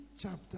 chapter